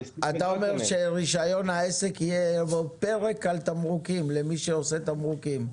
אתה אומר שברישיון העסק יהיה פרק על תמרוקים למי שעושה תמרוקים.